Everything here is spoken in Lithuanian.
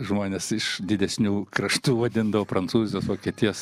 žmonės iš didesnių kraštų vadindavo prancūzijos vokietijos